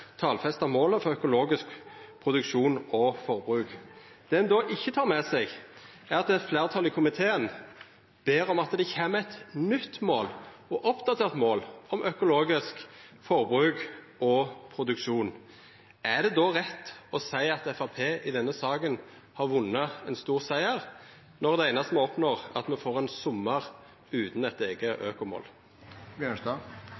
talfesta målet for økologisk produksjon og forbruk. Det ein ikkje tek med, er at eit fleirtal i komiteen ber om at det kjem eit nytt og oppdatert mål om økologisk forbruk og produksjon. Er det då rett å seia at Framstegspartiet i denne saka har vunne ein stor siger, når det einaste ein oppnår er at ein får ein sommar utan eit eige